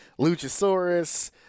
Luchasaurus